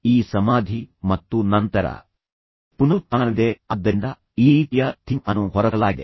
ಆದ್ದರಿಂದ ಈ ಸಮಾಧಿ ಮತ್ತು ನಂತರ ಪುನರುತ್ಥಾನವಿದೆ ಆದ್ದರಿಂದ ಈ ರೀತಿಯ ಥೀಮ್ ಅನ್ನು ಹೊರತರಲಾಗಿದೆ